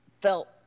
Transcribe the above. felt